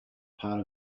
part